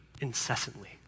incessantly